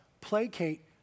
placate